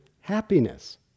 happiness